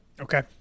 Okay